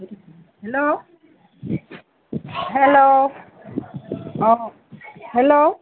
hello hello um hello